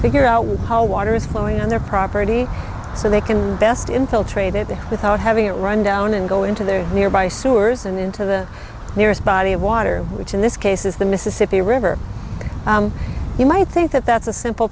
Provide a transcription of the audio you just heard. figure out where the water is flowing on their property so they can best infiltrate it without having it run down and go into the nearby sewers and into the nearest body of water which in this case is the mississippi river you might think that that's a simple